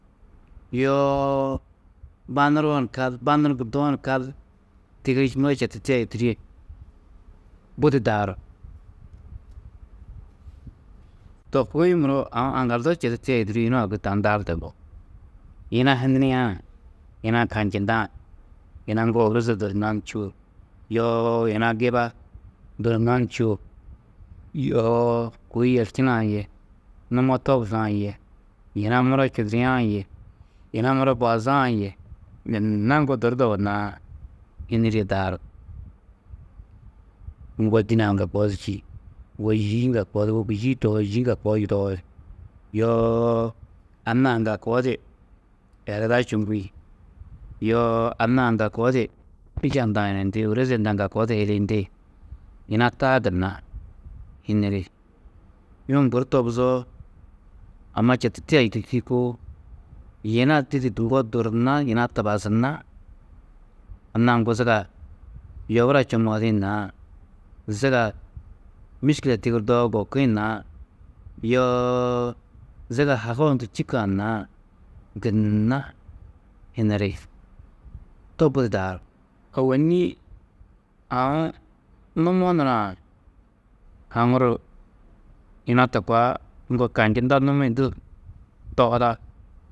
Yoo ba nuruo ni kal, ba nur gunnoó ni kal tigiri muro četu tia yûturie budi daaru. To kugiĩ muro aũ aŋgaldo četu tia yûduriĩ yunu a di gudi tani daardo yugó, yina hiniriã, yina kanjindã, yina ŋgo ôrozo durruná ni čûo, yoo yina giba, durruná ni čûo, yoo kôi yerčinã yê numo tobusã yê yina muro čuduriã yê yina muro bazã yê gunna ŋgo durrudo yugonnãá hinirîe daaru. Ŋgo dîne-ã ŋga koo di čî, ŋgo yî ŋga koo di, wôku yîi tohoo. Yî ŋga koo di yudoi, yoo anna-ã ŋga koo di ereda čûuŋgi, yoo anna-ã ŋga koo di iša hundã yunuyundii, ôroze hundã ŋga koo di hiliyindi, yina taa gunna hiniri. Yum guru tobuzoo, amma četu tia yûturi tîyikoo, yina didi ŋgo durruná, yina tubazunná, anna-ã ŋgo zuga yobura čumohidĩ naa, zuga miškile tigirdoo gokiĩ naa yoo zuga hago hundu čîkã naa, gunna hiniri. To budi daaru, ôwonni aũ numo nuraã haŋuru yina to koa ŋgo kanjinda numi-ĩ du tohuda.